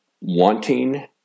wanting